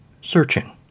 Searching